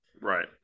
Right